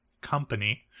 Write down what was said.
company